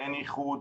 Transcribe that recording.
אין ייחוד.